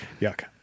Yuck